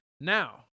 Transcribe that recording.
Now